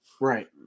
Right